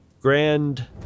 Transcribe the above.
grand